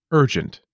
urgent